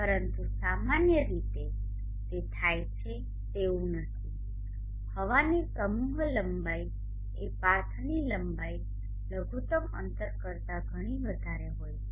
પરંતુ સામાન્ય રીતે તે થાય છે તેવું નથી હવાની સમૂહ લંબાઈ એ પાથની લંબાઈ લઘુત્તમ અંતર કરતા ઘણી વધારે છે